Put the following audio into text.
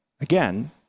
again